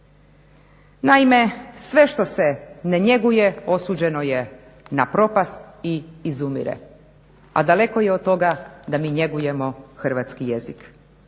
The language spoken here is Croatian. Naime, sve što se ne njeguje osuđeno je na propast i izmire, a daleko je od toga da mi njegujemo hrvatski jezik.